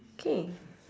K